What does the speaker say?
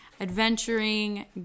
adventuring